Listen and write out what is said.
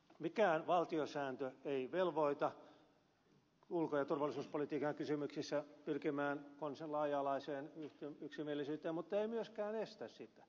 mikään valtiosääntö ei velvoita ulko ja turvallisuuspolitiikan kysymyksissä pyrkimään laaja alaiseen yksimielisyyteen mutta ei myöskään estä sitä